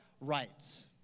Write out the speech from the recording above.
rights